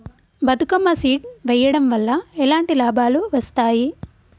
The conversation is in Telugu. బతుకమ్మ సీడ్ వెయ్యడం వల్ల ఎలాంటి లాభాలు వస్తాయి?